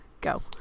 go